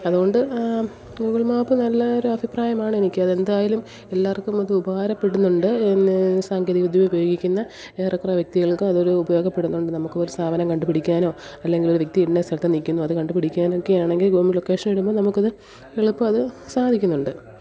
അതുകൊണ്ട് Google map നല്ല ഒരു അഭിപ്രായമാണ് എനിക്ക് അത് എന്തായാലും എല്ലാവര്ക്കും അത് ഉപകാരപ്പെടുന്നുണ്ട് എന്ന സാങ്കേതികവിദ്യ ഉപയോഗിക്കുന്ന ഏറെക്കുറേ വ്യകതികള്ക്ക് അതൊരു ഉപയോഗപ്പെടുന്നുണ്ട് നമുക്ക് ഒരു സ്ഥാപനം കണ്ടുപിടിക്കാനോ അല്ലെങ്കിൽ ഒരു വ്യക്തി ഇന്ന സ്ഥലത്ത് നിൽക്കുന്നു അത് കണ്ടുപിടിക്കാനൊക്കെയാണെങ്കില് ഗൂഗ്ൾ ലൊക്കേഷൻ ഇടുമ്പം നമുക്ക് അത് എളുപ്പം അത് സാധിക്കുന്നുണ്ട്